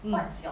mm